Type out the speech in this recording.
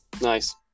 Nice